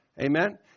Amen